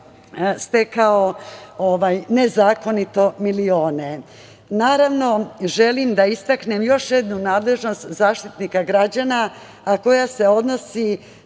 stekao nezakonito milione. Želim da istaknem još jednu nadležnost Zaštitnika građana, a koja se odnosi